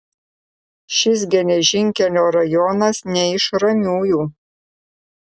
šis geležinkelio rajonas ne iš ramiųjų